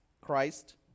Christ